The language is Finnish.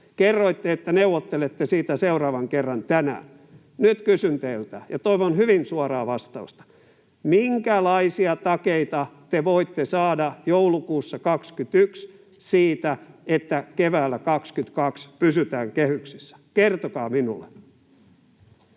Kerroitte, että neuvottelette siitä seuraavan kerran tänään. Nyt kysyn teiltä, ja toivon hyvin suoraa vastausta: minkälaisia takeita te voitte saada joulukuussa 21 siitä, että keväällä 22 pysytään kehyksissä? Kertokaa minulle.